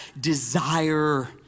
desire